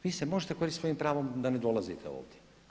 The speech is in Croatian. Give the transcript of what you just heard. Vi se možete koristit svojim pravom da ne dolazite ovdje.